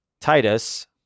Titus